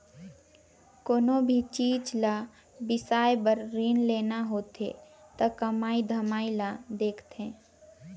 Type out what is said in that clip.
कोनो भी चीच ल बिसाए बर रीन लेना होथे त कमई धमई ल देखथें